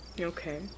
Okay